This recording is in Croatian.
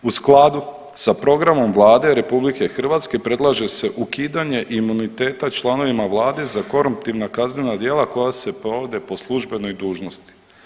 U skladu sa programom Vlade RH predlaže se ukidanje imuniteta članovima vlade za koruptivna kaznena djela koja se provode po službenoj dužnosti.